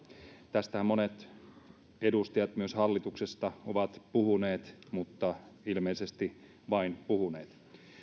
tästähän monet edustajat myös hallituksesta ovat puhuneet mutta ilmeisesti vain puhuneet